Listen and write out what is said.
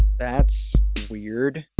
that's weird.